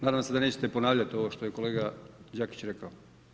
Nadam se da nećete ponavljat ovo što je kolega Đakić rekao.